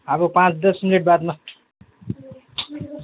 अब पाँच दस मिनट बादमा